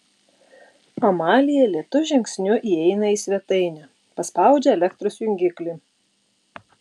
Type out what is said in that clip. amalija lėtu žingsniu įeina į svetainę paspaudžia elektros jungiklį